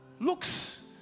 Looks